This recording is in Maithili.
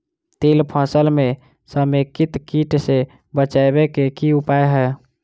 तिल फसल म समेकित कीट सँ बचाबै केँ की उपाय हय?